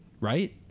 right